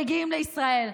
מגיעים לישראל?